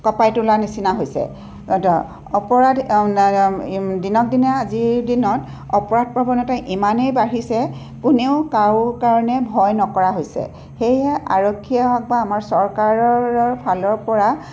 কঁপাই তোলা নিচিনা হৈছে এইটো অপৰাধ দিনকদিনে আজিৰ দিনত অপৰাধ প্ৰৱণতা ইমানেই বাঢ়িছে কোনেও কাৰো কাৰণে ভয় নকৰা হৈছে সেয়েহে আৰক্ষীয়ে হওক বা আমাৰ চৰকাৰৰ ফালৰ পৰা